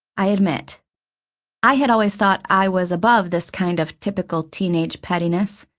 i admit i had always thought i was above this kind of typical teenage pettiness,